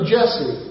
Jesse